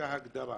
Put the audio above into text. אותה הגדרה.